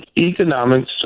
economics